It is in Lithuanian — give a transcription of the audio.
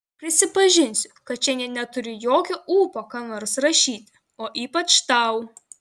prisipažinsiu kad šiandien neturiu jokio ūpo ką nors rašyti o ypač tau